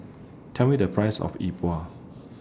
Tell Me The Price of Yi Bua